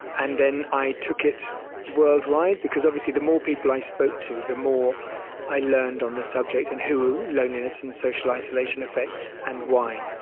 and then i took it worldwide because obviously the more people i spoke to, the more i learned on the subject and who loneliness and social isolation affects and why.